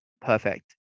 perfect